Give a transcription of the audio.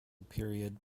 period